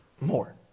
more